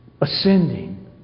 ascending